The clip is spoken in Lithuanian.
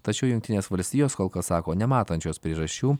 tačiau jungtinės valstijos kol kas sako nematančios priežasčių